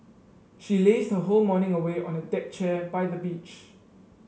she lazed her whole morning away on a deck chair by the beach